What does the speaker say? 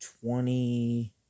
twenty